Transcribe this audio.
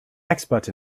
expert